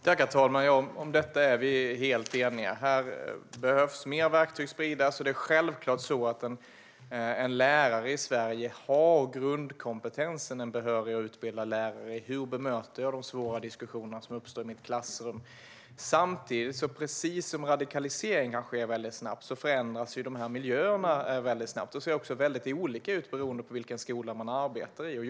Herr talman! Om detta är vi helt eniga. Här behövs fler verktyg. Självklart har en lärare i Sverige grundkompetensen, men vi behöver utbilda lärare i hur man bemöter de svåra diskussioner som uppstår i klassrummet. Samtidigt förändras miljöerna väldigt snabbt, på samma sätt som radikaliseringen sker snabbt, och de ser också väldigt olika ut beroende på vilka skolor det handlar om.